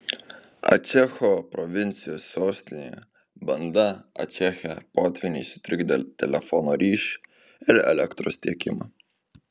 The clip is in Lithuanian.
ačecho provincijos sostinėje banda ačeche potvyniai sutrikdė telefono ryšį ir elektros tiekimą